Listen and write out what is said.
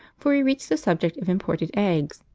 for we reached the subject of imported eggs,